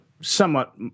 somewhat